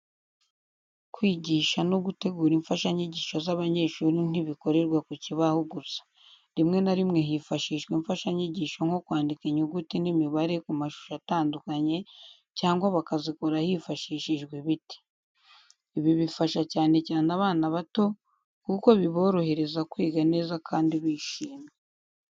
Kwigisha no gutegura imfashanyigisho z’abanyeshuri ntibikorerwa ku kibaho gusa. Rimwe na rimwe hifashishwa imfashanyigisho nko kwandika inyuguti n’imibare ku mashusho atandukanye, cyangwa bakazikora hifashishijwe ibiti. Ibi bifasha cyane cyane abana bato, kuko biborohereza kwiga neza kandi bishimye.